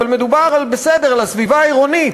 אבל מדובר על הסביבה העירונית.